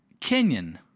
Kenyan